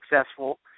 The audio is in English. successful